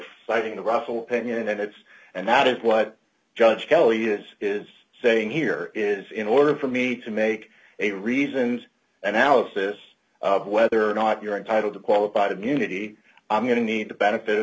fighting the russell opinion and it's and that is what judge kelly this is saying here is in order for me to make a reasoned analysis of whether or not you're entitled to qualified immunity i'm going to need the benefit of